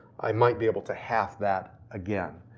i might be able to half that again,